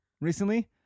recently